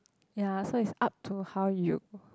ya so it's up to how you